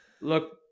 Look